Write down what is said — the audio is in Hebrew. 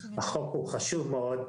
החוק חשוב מאוד.